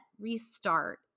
restart